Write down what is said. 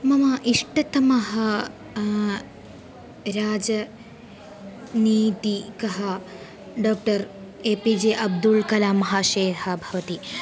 मम इष्टतमः राजनैतिकः डाक्टर् ए पी जे अब्दुलकलाममहाशयः भवति